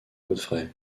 godfrey